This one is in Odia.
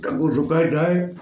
ତାକୁ ସୁକାଇ ଥାଏ